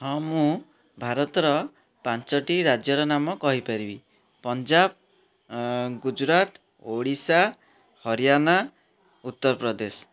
ହଁ ମୁଁ ଭାରତର ପାଞ୍ଚଟି ରାଜ୍ୟର ନାମ କହିପାରିବି ପଞ୍ଜାବ ଗୁଜୁରାଟ ଓଡ଼ିଶା ହରିଆନା ଉତ୍ତରପ୍ରଦେଶ